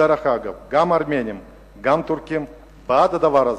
דרך אגב, גם הארמנים וגם הטורקים בעד הדבר הזה.